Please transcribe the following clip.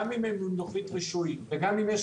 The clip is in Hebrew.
גם אם יש להם לוחית ורישוי וגם אם יש